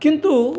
किन्तु